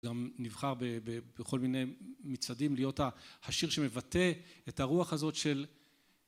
גם נבחר בכל מיני מצעדים להיות השיר שמבטא את הרוח הזאת של